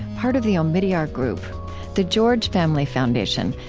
part of the omidyar group the george family foundation,